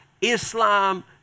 Islam